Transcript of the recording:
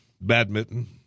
badminton